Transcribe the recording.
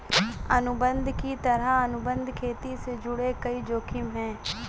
अनुबंध की तरह, अनुबंध खेती से जुड़े कई जोखिम है